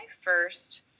first